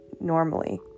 normally